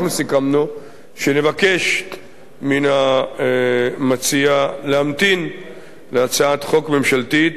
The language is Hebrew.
אנחנו סיכמנו שנבקש מן המציע להמתין להצעת חוק ממשלתית,